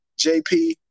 JP